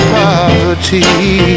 poverty